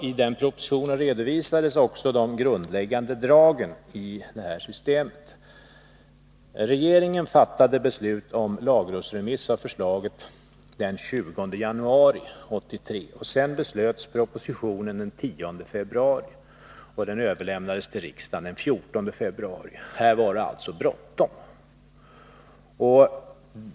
I den propositionen redovisades också de grundläg Regeringen fattade beslut om lagrådsremiss av förslaget den 20 januari 1983 och om propositionen den 10 februari. Den överlämnades till riksdagen den 14 februari. Här var det alltså bråttom.